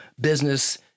business